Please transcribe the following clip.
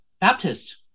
Baptist